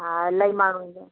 हा इलाही माण्हू ईंदा